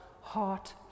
heart